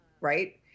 Right